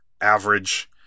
average